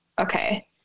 Okay